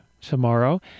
tomorrow